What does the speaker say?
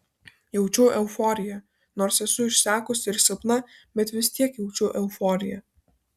jaučiu euforiją nors esu išsekusi ir silpna bet vis tiek jaučiu euforiją